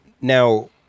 Now